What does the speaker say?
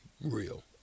real